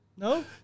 No